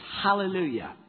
Hallelujah